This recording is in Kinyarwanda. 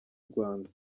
rwanda